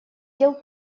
дел